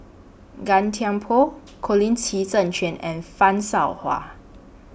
Gan Thiam Poh Colin Qi Zhe Quan and fan Shao Hua